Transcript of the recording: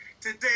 Today